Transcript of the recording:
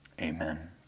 Amen